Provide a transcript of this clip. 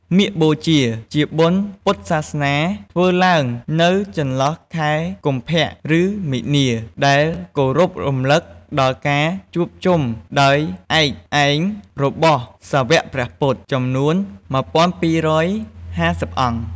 មាឃបូជា ជាបុណ្យពុទ្ធសាសនាធ្វើឡើងនៅចន្លោះខែកុម្ភៈ ឬមីនា ដែលគោរពរំលឹកដល់ការជួបជុំដោយឯកឯងរបស់សាវ័កព្រះពុទ្ធ ចំនួន១,២៥០ អង្គ។